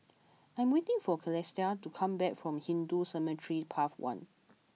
I am waiting for Calista to come back from Hindu Cemetery Path one